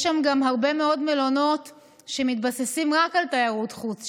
יש שם גם הרבה מאוד מלונות שמתבססים רק על תיירות חוץ.